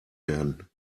werden